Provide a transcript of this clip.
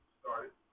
started